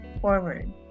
forward